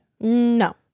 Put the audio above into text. No